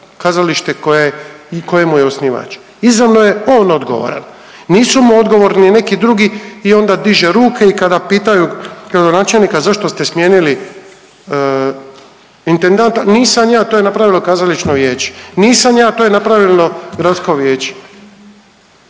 kazalište koje mu je osnivač. Izravno je on odgovoran. Nisu mu odgovorni neki drugi i onda diže ruke i kada pitaju gradonačelnika zašto ste smijenili intendanta. Nisam ja, to je napravilo Kazališno vijeće, nisam ja to je napravilo Gradsko vijeće